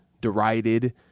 derided